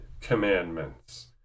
commandments